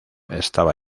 estaba